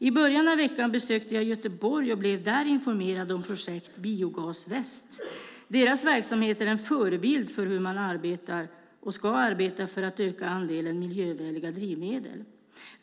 I början av veckan besökte jag Göteborg och blev där informerad om projektet Biogas Väst. Deras verksamhet är en förebild för hur man arbetar, och ska arbeta, för att öka andelen miljövänliga drivmedel.